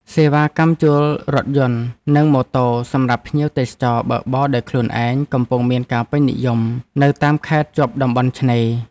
សេវាកម្មជួលរថយន្តនិងម៉ូតូសម្រាប់ភ្ញៀវទេសចរបើកបរដោយខ្លួនឯងកំពុងមានការពេញនិយមនៅតាមខេត្តជាប់តំបន់ឆ្នេរ។